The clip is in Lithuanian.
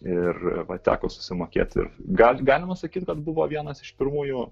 ir va teko susimokėti gal galima sakyti kad buvo vienas iš pirmųjų